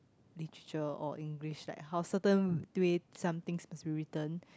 Literature or English like how certain way how some things need to be written